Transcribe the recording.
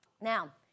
Now